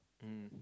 mmhmm